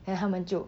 then 他们就